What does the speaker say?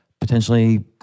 potentially